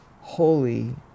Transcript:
holy